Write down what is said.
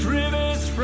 rivers